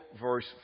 verse